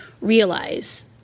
realize